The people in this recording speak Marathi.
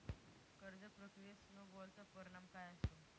कर्ज प्रक्रियेत स्नो बॉलचा परिणाम काय असतो?